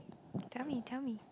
tell me tell me